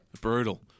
Brutal